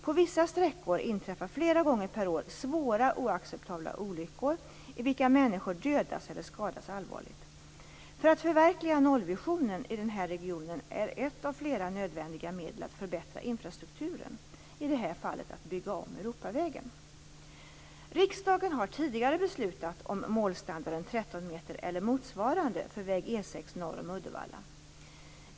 På vissa sträckor inträffar flera gånger per år svåra, oacceptabla olyckor, i vilka människor dödas eller skadas allvarligt. För att förverkliga nollvisionen i den här regionen är ett av flera nödvändiga medel att förbättra infrastrukturen - i det här fallet att bygga om Riksdagen har tidigare beslutat om målstandarden 13 meter eller motsvarande för väg E 6 norr om Uddevalla.